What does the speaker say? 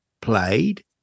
played